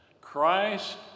Christ